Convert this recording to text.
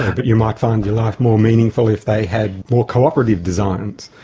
but you might find your life more meaningful if they had more cooperative designs.